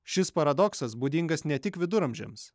šis paradoksas būdingas ne tik viduramžiams